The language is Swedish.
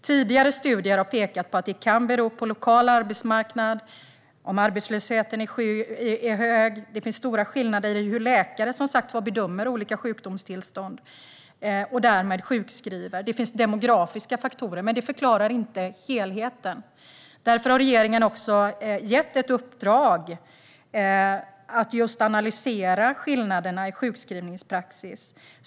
Tidigare studier har pekat på att de kan bero på den lokala arbetsmarknaden och om arbetslösheten är hög. Det finns också stora skillnader i hur läkare bedömer olika sjukdomstillstånd och därmed sjukskriver. Det finns även demografiska faktorer. Men detta förklarar inte helheten. Därför har regeringen gett ett uppdrag att analysera skillnaderna i sjukskrivningspraxis.